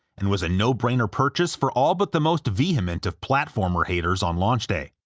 and was a no-brainer purchase for all but the most vehement of platformer haters on launch day.